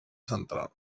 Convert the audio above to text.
central